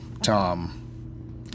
Tom